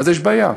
יש בעיה.